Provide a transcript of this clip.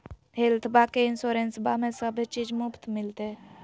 हेल्थबा के इंसोरेंसबा में सभे चीज मुफ्त मिलते?